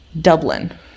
Dublin